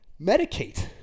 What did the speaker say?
medicate